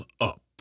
up